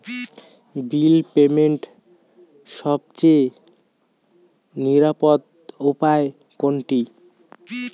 বিল পেমেন্টের সবচেয়ে নিরাপদ উপায় কোনটি?